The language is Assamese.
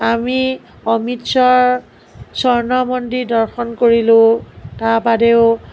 আমি অমিতস্ৱৰ স্বৰ্ণমন্দিৰ দৰ্শন কৰিলোঁ তাৰবাদেও